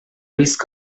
risk